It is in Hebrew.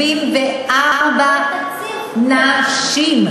174 מהם נשים.